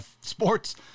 sports